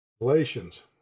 Galatians